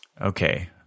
okay